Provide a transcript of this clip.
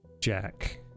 Jack